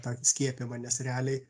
tą skiepijimą nes realiai